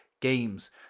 games